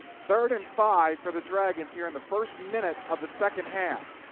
third and five for the dragons here in the first minute of the second half.